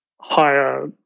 higher